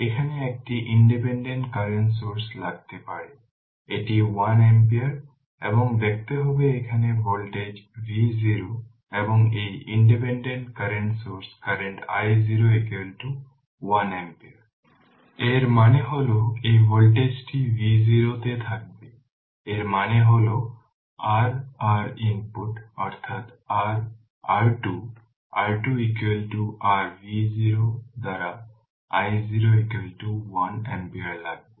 এখানে একটি independent current source লাগতে পারে এটি 1 ampere এবং দেখতে হবে এখানে ভোল্টেজ V0 এবং এই independent current source current i0 1 ampere এর মানে হল এই ভোল্টেজটি V0 তে থাকবে এর মানে হল r R ইনপুট অর্থাৎ r R2 R2 r V0 দ্বারা i0 1 ampere লাগবে